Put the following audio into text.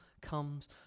comes